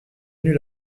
venus